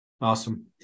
Awesome